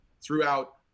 throughout